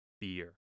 beer